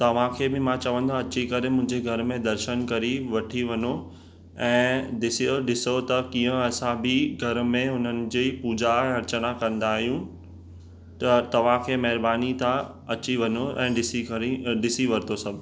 तव्हांखे बि मां चवंदो अची करे मुंहिंजे घर में दर्शन करी वठी वञो ऐं ॾिसियो ॾिसो त कीअं असां बि घर में हुननि जी पूजा ऐं अर्चना कंदा आहियूं त तव्हांखे महिरबानी तव्हां अची वञो ऐं ॾिसी खणी ॾिसी वरितो सभु